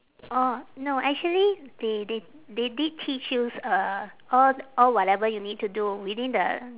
orh no actually they they they did teach you s~ uh all all whatever you need to do within the